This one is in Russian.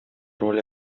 роль